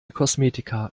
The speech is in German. kosmetika